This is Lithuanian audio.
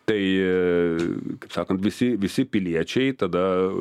tai kaip sakant visi visi piliečiai tada